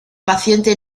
paciente